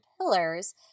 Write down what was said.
pillars